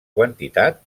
quantitat